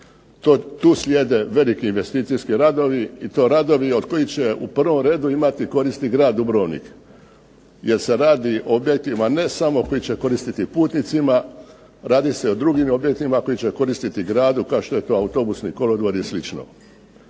Tu slijede veliki investicijski radovi i to radovi od kojih će u prvom redu imati koristi grad Dubrovnik jer se radi o objektima ne samo koji će koristiti putnicima. Radi se o drugim objektima koji će koristiti gradu kao što je to autobusni kolodvor i